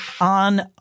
on